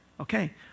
Okay